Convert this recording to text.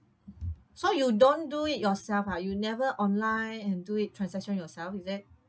so you don't do it yourself ah you never online and do it transaction yourself is it